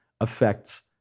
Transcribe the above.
affects